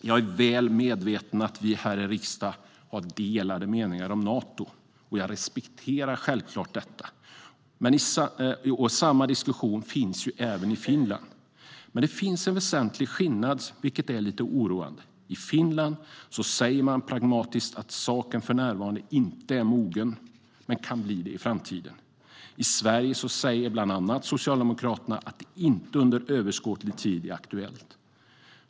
Jag är väl medveten om att vi här i riksdagen har delade meningar om Nato, och jag respekterar självklart detta. Samma diskussion har man även i Finland. Men det finns en väsentlig skillnad, vilket är lite oroande. I Finland säger man pragmatiskt att saken för närvarande inte är mogen men kan bli det i framtiden. I Sverige säger bland andra Socialdemokraterna att det inte är aktuellt under överskådlig tid.